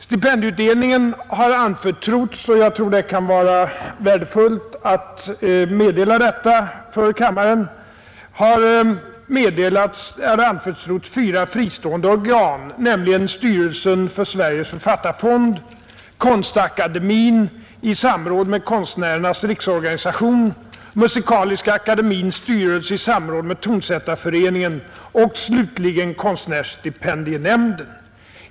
Stipendieutdelningen har anförtrotts — jag tror att det kan vara värdefullt att meddela kammarens ledamöter detta — fyra fristående organ, nämligen styrelsen för Sveriges författarfond, Konstakademien i samråd med Konstnärernas riksorganisation, Musikaliska akademiens styrelse i samråd med Tonsättarföreningen och slutligen Konstnärsstipendienämnden.